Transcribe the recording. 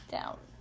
Down